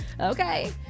Okay